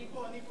אני פה.